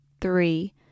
three